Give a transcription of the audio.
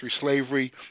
slavery